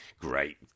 great